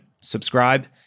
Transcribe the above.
subscribe